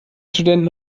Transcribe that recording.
studenten